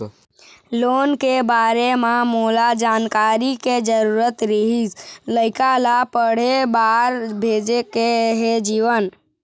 loan के बारे म मोला जानकारी के जरूरत रीहिस, लइका ला पढ़े बार भेजे के हे जीवन